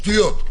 שטויות.